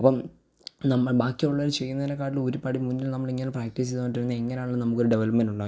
അപ്പം നമ്മൾ ബാക്കിയുള്ളവർ ചെയ്യുന്നതിനെക്കാട്ടിലൊരുപടി മുന്നിൽ നമ്മളിങ്ങനെ പ്രാക്ടീസ് ചെയ്തു കൊണ്ടിരുന്നാൽ എങ്ങനെയാണെങ്കിലും നമുക്കൊരു ഡെവലപ്മെൻറ്റുണ്ടാകും